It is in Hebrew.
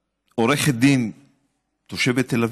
שעורכת דין תושבת תל אביב,